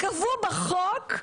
קבעו בחוק,